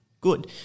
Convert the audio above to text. good